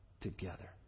together